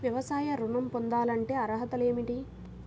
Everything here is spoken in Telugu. వ్యవసాయ ఋణం పొందాలంటే అర్హతలు ఏమిటి?